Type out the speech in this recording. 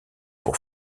pour